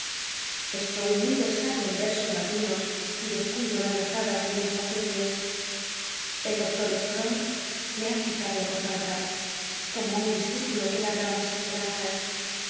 estoy muy crsado en ersos latinos y descuido las lazadas de mis bor'ceguícs el doctor strong me ha citado en oz alta como un discipulo que and cs esperanzas